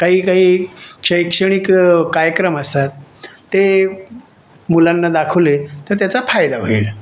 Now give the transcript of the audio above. काही काही शैक्षणिक कार्यक्रम असतात ते मुलांना दाखवले तर त्याचा फायदा होईल